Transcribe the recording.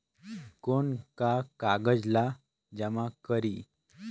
कौन का कागज ला जमा करी?